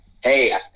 hey